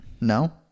No